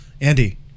Andy